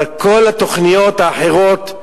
אבל כל התוכניות האחרות,